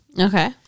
Okay